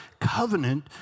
covenant